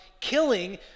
killing